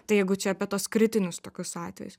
tai jeigu čia apie tuos kritinius tokius atvejus